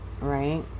right